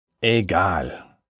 Egal